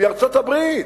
מארצות-הברית.